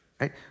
right